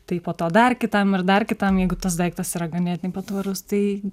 tai po to dar kitam ir dar kitam jeigu tas daiktas yra ganėtinai patvarus tai